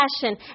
Passion